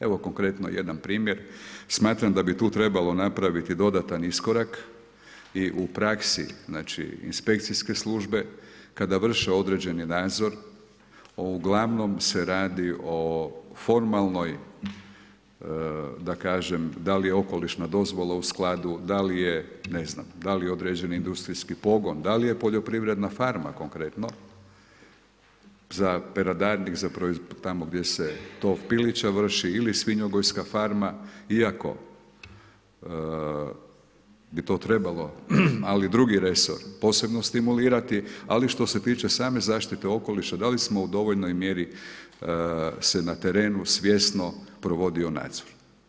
Evo konkretno jedan primjer, smatram da bi ti trebalo napraviti dodatan iskorak i u praksi inspekcijske službe kada vrše određeni nadzor uglavnom se radi o formalnoj da kažem, da li je okolišna dozvola u skladu, da li određeni industrijski pogon, da li je poljoprivredna farma konkretno za peradarnike, tamo gdje se tov pilića vrši ili svinjogojska farma iako bi ti trebalo ali drugi resor posebno stimulirati, način što se tiče same zaštite okoliša, da li se u dovoljnoj mjeri se na terenu svjesno provodio nadzor.